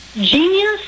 genius